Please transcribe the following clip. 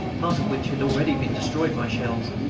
part of which had already been destroyed by shells,